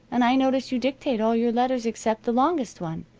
and i notice you dictate all your letters except the longest one,